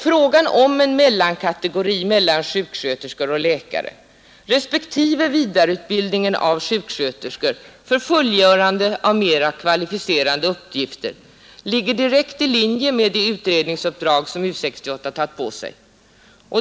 Frågan om en mellankategori mellan sjuksköterskor och läkare samt frågan om vidareutbildningen av sjuksköterskor för fullgörande av mer kvalificerade uppgifter ligger i linje med det utredningsuppdrag U 68 tagit på sig.